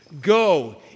Go